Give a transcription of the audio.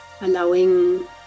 allowing